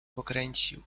pokręcił